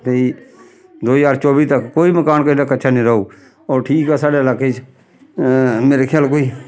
भाई दो ज्हार चौबी तक कोई मकान जेह्ड़ा कच्चा नेईं रौह्ग होर ठीक ऐ साढ़े इलाके च मेरे ख्याल कोई